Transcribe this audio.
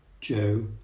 Joe